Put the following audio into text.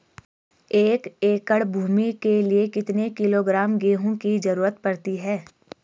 एक एकड़ भूमि के लिए कितने किलोग्राम गेहूँ की जरूरत पड़ती है?